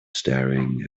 staring